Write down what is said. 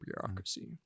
bureaucracy